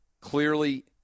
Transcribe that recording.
Clearly